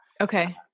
Okay